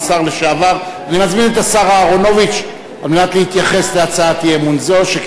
אז אני אולי לא מדייקת במאה אחוז בטקסט,